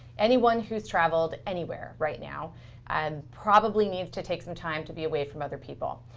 anyone who's traveled anywhere right now and probably needs to take some time to be away from other people.